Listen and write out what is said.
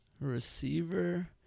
Receiver